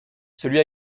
celui